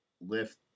lift